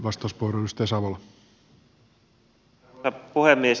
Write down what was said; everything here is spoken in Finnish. arvoisa herra puhemies